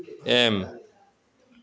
M